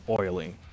oily